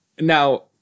Now